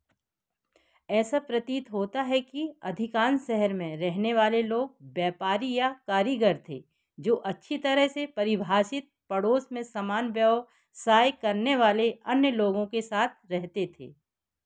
ऐसा प्रतीत होता है कि अधिकांश शहर में रहने वाले लोग व्यापारी या कारीग़र थे जो अच्छी तरह से परिभाषित पड़ोस में समान व्यवसाय करने वाले अन्य लोगों के साथ रहते थे